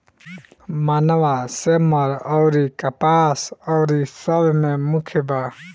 मनवा, सेमर अउरी कपास अउरी सब मे मुख्य बा